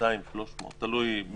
200 300 ביום.